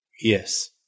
Yes